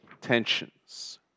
tensions